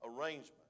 arrangement